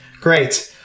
great